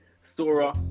Sora